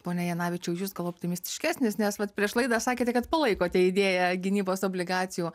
pone janavičiau jūs gal optimistiškesnis nes vat prieš laidą sakėte kad palaikote idėją gynybos obligacijų